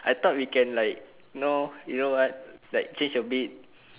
I thought we can like you know you know what like change your bed